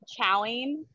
chowing